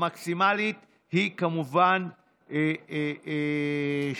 המקסימלית היא כמובן שניים,